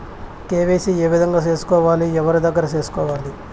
KYC ఏ విధంగా సేసుకోవాలి? ఎవరి దగ్గర సేసుకోవాలి?